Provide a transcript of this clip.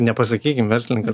ne pasakykim verslininkas